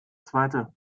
zweite